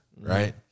right